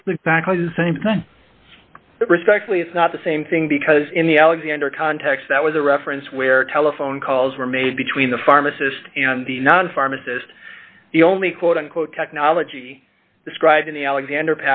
was the same respectfully it's not the same thing because in the alexander context that was a reference where telephone calls were made between the pharmacist and the non pharmacist the only quote unquote technology described in the alexander